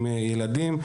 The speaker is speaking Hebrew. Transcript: עם ילדים.